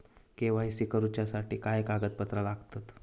KYC करूच्यासाठी काय कागदपत्रा लागतत?